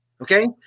okay